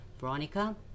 Veronica